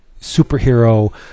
superhero